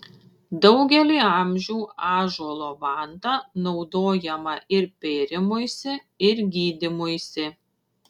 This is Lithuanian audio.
daugelį amžių ąžuolo vanta naudojama ir pėrimuisi ir gydymuisi